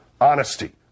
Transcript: Honesty